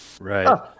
Right